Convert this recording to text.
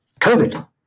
COVID